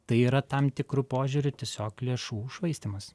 tai yra tam tikru požiūriu tiesiog lėšų švaistymas